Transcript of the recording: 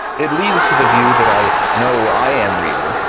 it leads to the view that i know i am real,